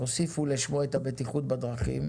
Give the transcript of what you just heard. הוסיפו לשמו את 'הבטיחות בדרכים',